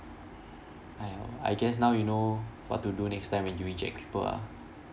!aiyo! I guess now you know what to do next time when you reject people ah